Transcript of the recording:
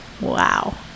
Wow